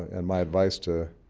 and my advice to